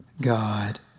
God